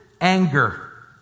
anger